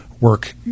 work